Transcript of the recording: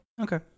Okay